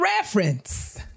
reference